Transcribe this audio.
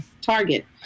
target